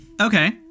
Okay